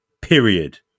Period